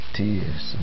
tears